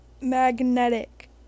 Magnetic